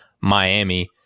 Miami